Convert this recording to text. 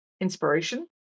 inspiration